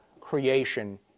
creation